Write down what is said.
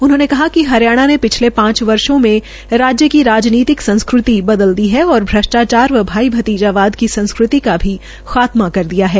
उन्होंने कहा कि हरियाणा ने पिछले पांच वर्षो में राज्य की राजनीतिक संस्कृति बदल दी है और श्रष्टाचार व भाई भतीजाबाद की संस्कृति का भी खात्मा कर दिया है